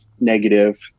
negative